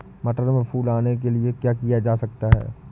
मटर में फूल आने के लिए क्या किया जा सकता है?